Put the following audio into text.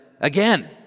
again